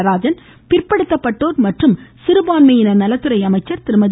நடராஜன் பிற்படுத்தப்பட்டோர் மற்றும் சிறுபான்மையினர் நலத்துறை அமைச்சர் திருமதி